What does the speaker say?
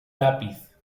lápiz